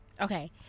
Okay